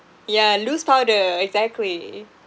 yeah loose powder exactly